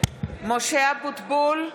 משה אבוטבול,